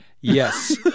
yes